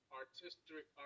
artistic